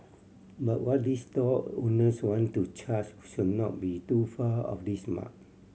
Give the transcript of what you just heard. but what these stall owners want to charge should not be too far of this mark